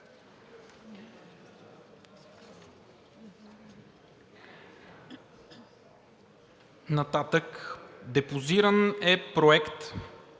нататък. Депозиран е Проект